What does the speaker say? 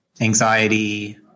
anxiety